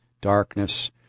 darkness